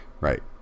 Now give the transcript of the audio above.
Right